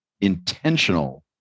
intentional